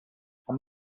amb